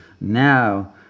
Now